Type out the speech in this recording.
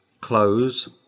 close